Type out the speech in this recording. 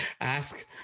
Ask